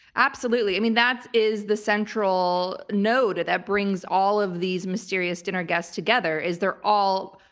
absolutely mean that is the central node that brings all of these mysterious dinner guests together, is they're all.